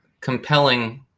compelling